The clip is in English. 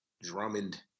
Drummond